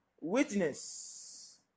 witness